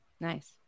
Nice